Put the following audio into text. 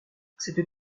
cette